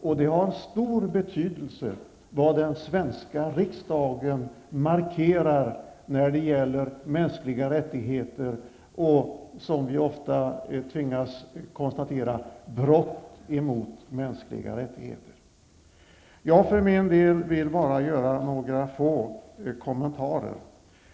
Dessutom har en markering från den svenska riksdagen stor betydelse när det gäller mänskliga rättigheter och, något som vi ofta tvingas konstatera är ett faktum, brott mot dessa. Jag för min del skall bara göra några få kommentarer.